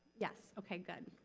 yes, okay good,